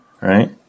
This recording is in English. right